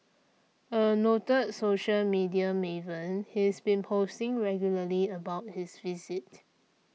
a noted social media Maven he's been posting regularly about his visit